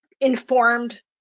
informed